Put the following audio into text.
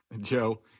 joe